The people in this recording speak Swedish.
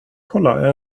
kolla